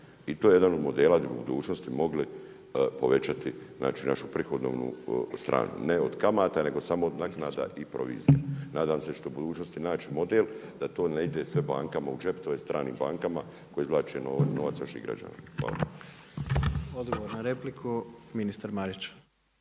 I to je jedan od modela gdje bi u budućnosti mogli povećati, znači našu prihodovnu stranu ne od kamata nego samo od naknada i provizija. Nadam se da ćete u budućnosti naći model da to ne ide sve bankama u džep, tj. stranim bankama koji izvlače novac naših građana. Hvala. **Jandroković, Gordan